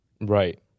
right